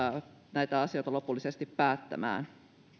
näistä asioista lopullisesti päättämään